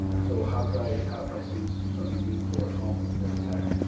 so how could i have my students do something meaningful at home that's low tech?